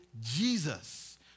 Jesus